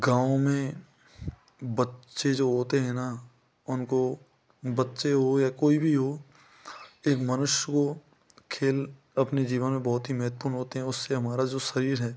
गाँव में बच्चे जो होते हैं न उनको बच्चे हो या कोई भी हो एक मनुष्य को खेल अपने जीवन में बहुत ही महत्वपूर्ण होते हैं उससे हमारा जो शरीर है